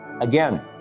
Again